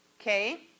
okay